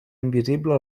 invisible